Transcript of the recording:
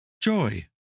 Joy